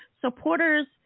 Supporters